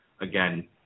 again